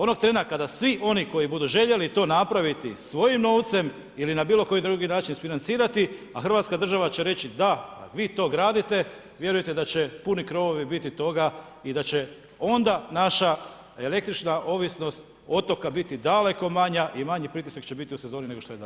Onog trena kada svi oni koji budu željeli to napraviti svojim novcem ili na bilokoji drugi način isfinancirati a hrvatska država će reći da, vi to gradite, vjerujte da će puni krovovi biti toga i da će onda naša električna ovisnost otoka biti daleko manja i manji pritisak će biti u sezoni nego što je danas.